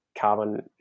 carbon